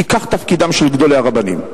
כי כך תפקידם של גדולי הרבנים.